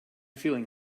feeling